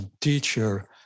teacher